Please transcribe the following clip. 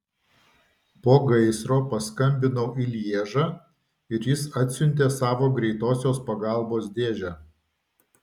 po gaisro paskambinau į lježą ir jis atsiuntė savo greitosios pagalbos dėžę